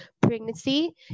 pregnancy